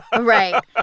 Right